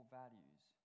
values